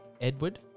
Edward